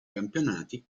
campionati